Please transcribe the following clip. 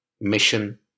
mission